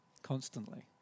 constantly